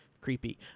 creepy